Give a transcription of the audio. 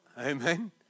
Amen